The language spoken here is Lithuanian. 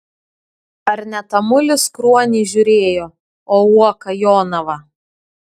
ar ne tamulis kruonį žiūrėjo o uoka jonavą